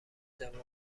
جوان